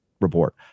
report